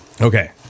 Okay